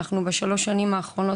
אנחנו נמצאים בשלוש השנים האחרונות